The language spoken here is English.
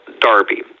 Darby